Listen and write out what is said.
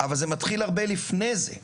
אבל זה מתחיל הרבה לפני זה.